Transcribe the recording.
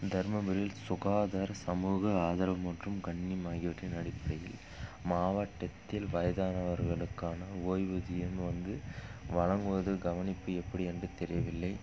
தருமபுரியில் சுகாதார சமூக ஆதரவு மற்றும் கண்ணியம் ஆகியவற்றின் அடிப்படையில் மாவட்டத்தில் வயதானவர்களுக்கான ஓய்வூதியம் வந்து வழங்குவதில் கவனிப்பு எப்படி என்று தெரியவில்லை